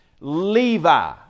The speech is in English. Levi